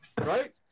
right